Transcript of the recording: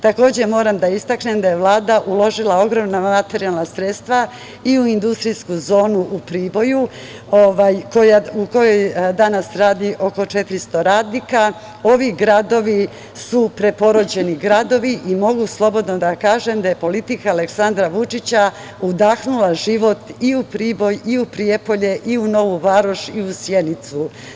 Takođe moram da istaknem da je Vlada uložila ogromna materijalna sredstva i u industrijsku zonu u Priboju, u kojoj danas radi oko 400 radnika, i ovi gradovi su preporođeni gradovi i mogu slobodno da kažem da je politika Aleksandra Vučića udahnula život i u Priboj i u Prijepolje i u Novu Varoš i u Sjenicu.